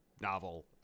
novel